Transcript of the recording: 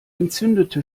entzündete